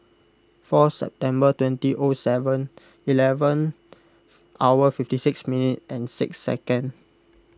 four September twenty O Seven Eleven hour fifty six minutes six seconds